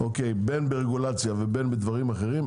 בין ברגולציה ובין בדברים אחרים,